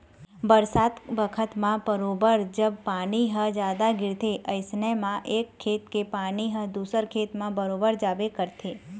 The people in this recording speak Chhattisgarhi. बरसात बखत म बरोबर जब पानी ह जादा गिरथे अइसन म एक खेत के पानी ह दूसर खेत म बरोबर जाबे करथे